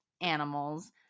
animals